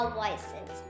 voices